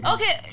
Okay